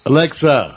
Alexa